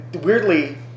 weirdly